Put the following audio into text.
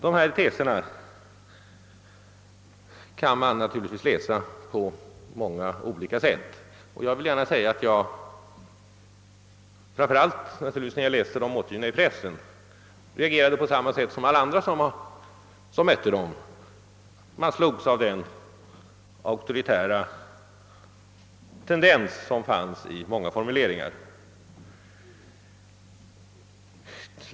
De här teserna kan man naturligtvis läsa på många olika sätt. Jag vill gärna säga att jag — framför allt när jag läste dem återgivna i pressen — reagerade på samma sätt som andra. Jag slogs av den auktoritära tendens som fanns i många formuleringar.